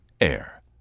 air